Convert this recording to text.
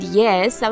yes